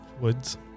Woods